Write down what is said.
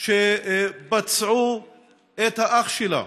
שפצעו את האח שלה.